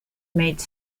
made